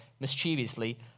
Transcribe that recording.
mischievously